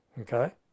Okay